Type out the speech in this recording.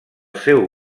seu